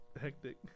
hectic